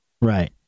Right